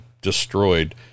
destroyed